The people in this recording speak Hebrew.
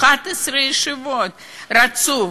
11 ישיבות רצוף,